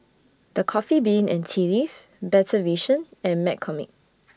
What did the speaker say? The Coffee Bean and Tea Leaf Better Vision and McCormick